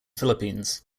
philippines